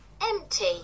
Empty